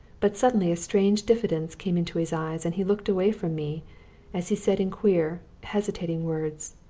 but suddenly a strange diffidence came into his eyes, and he looked away from me as he said in queer hesitating words